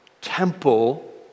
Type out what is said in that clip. temple